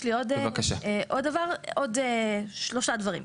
יש עוד שלושה דברים.